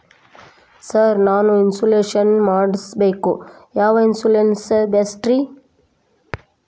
Sir ನಾನು insurance ಮಾಡಿಸಬೇಕು ಯಾವ ಇನ್ಶೂರೆನ್ಸ್ ಬೆಸ್ಟ್ರಿ?